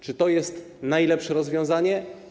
Czy to jest najlepsze rozwiązanie?